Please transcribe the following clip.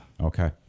okay